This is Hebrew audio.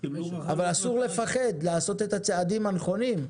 אבל אסור לפחד לעשות את הצעדים הנכונים,